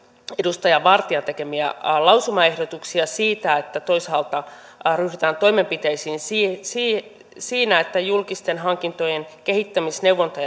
edustaja vartian tekemiä lausumaehdotuksia siitä että toisaalta ryhdytään toimenpiteisiin siinä että julkisten hankintojen kehittämis neuvonta